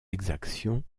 exactions